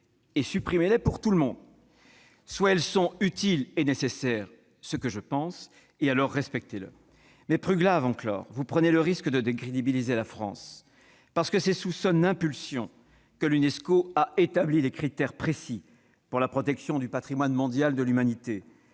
supprimez-les pour tout le monde ;... Bien sûr !... soit elles sont utiles et nécessaires, ce que je pense, et alors respectez-les ! Plus grave encore, vous prenez le risque de décrédibiliser la France : parce que c'est sous son impulsion que l'Unesco a établi des critères précis pour la protection du patrimoine mondial de l'humanité,